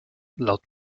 laut